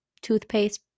toothpaste